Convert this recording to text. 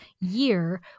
year